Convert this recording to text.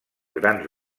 grans